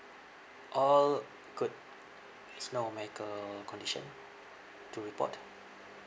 all good there's no medical condition to report